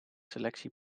selectie